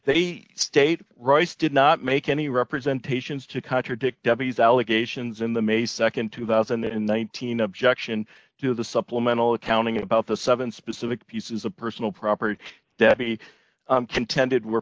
they state rice did not make any representation is to contradict debbie's allegations in the may nd two thousand and nineteen objection to the supplemental accounting about the seven specific pieces of personal property debbie contended were